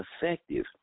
effective